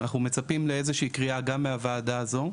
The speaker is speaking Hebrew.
אנחנו מצפים לאיזושהי קריאה גם מהוועדה הזו,